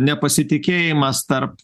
nepasitikėjimas tarp